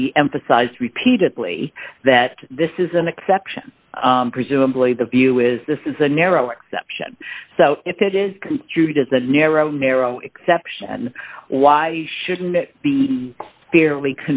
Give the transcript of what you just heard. he emphasized repeatedly that this is an exception presumably the view is this is a narrow exception so if it is construed as a narrow narrow exception why shouldn't it be fairly